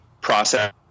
process